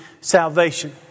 salvation